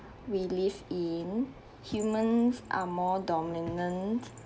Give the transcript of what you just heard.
we live in humans are more dominant